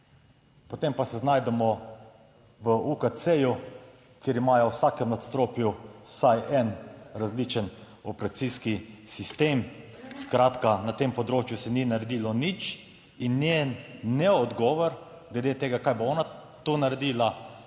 potem pa se znajdemo v UKC, kjer imajo v vsakem nadstropju vsaj en različen operacijski sistem. Skratka, na tem področju se ni naredilo nič in njen neodgovor glede tega, kaj bo ona tu naredila,